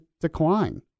decline